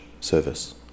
service